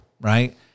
right